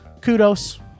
kudos